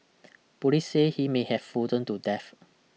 police say he may have frozen to death